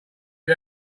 you